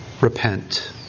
repent